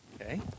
okay